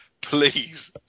please